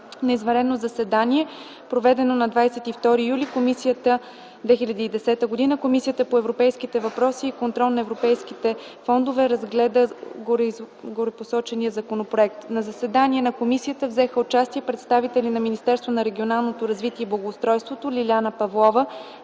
На извънредно заседание, проведено на 22 юли 2010 г., Комисията по европейските въпроси и контрол на европейските фондове разгледа горепосочения законопроект. В заседанието на комисията взеха участие представители на Министерството на регионалното развитие и благоустройството: Лиляна Павлова